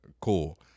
Cool